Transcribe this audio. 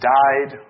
died